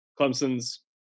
Clemson's –